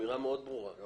אמירה מאוד ברורה.